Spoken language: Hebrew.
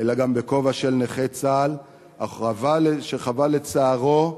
אלא גם בכובע של נכה צה"ל שחווה, לצערו,